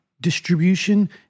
distribution